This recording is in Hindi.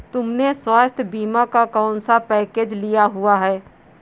तुमने स्वास्थ्य बीमा का कौन सा पैकेज लिया हुआ है?